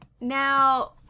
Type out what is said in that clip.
now